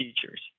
Teachers